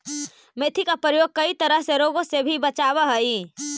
मेथी का प्रयोग कई तरह के रोगों से भी बचावअ हई